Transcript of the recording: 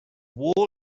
wool